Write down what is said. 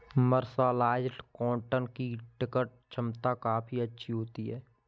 mercerised cotton की tear छमता काफी अच्छी होती है